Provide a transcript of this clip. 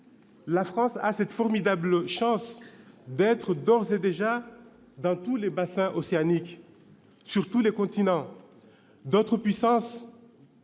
La France a cette formidable chance d'être d'ores et déjà présente dans tous les bassins océaniques, sur tous les continents, quand d'autres puissances